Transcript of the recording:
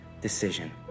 decision